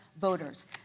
voters